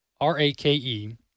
R-A-K-E